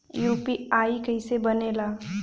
UPI कईसे बनेला?